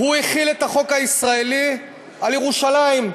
החיל את החוק הישראלי על ירושלים,